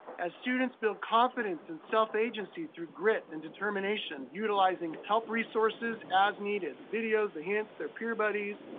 as students build confidence and self agency through grit and determination, utilizing help resources as needed the videos, the hints, their peer buddies,